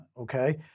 Okay